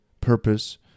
purpose